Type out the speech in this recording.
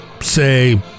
say